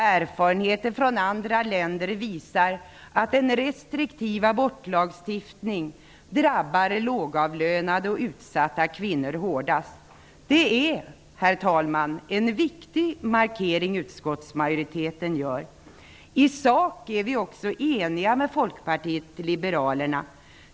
Erfarenheter från andra länder visar att en restriktiv abortlagstiftning drabbar lågavlönade och utsatta kvinnor hårdast. Det är, herr talman, en viktig markering utskottsmajoriteten gör. I sak är vi också eniga med Folkpartiet liberalerna.